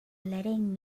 letting